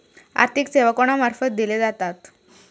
आर्थिक सेवा कोणा मार्फत दिले जातत?